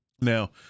Now